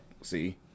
See